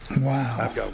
Wow